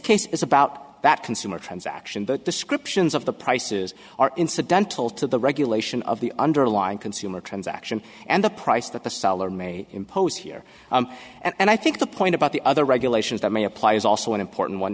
case is about that consumer transaction the descriptions of the prices are incidental to the regulation of the underlying consumer transaction and the price that the seller may impose here and i think the point about the other regulations that may apply is also an important one